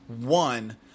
one